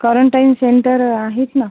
quarantine centre आहेत ना